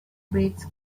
breeds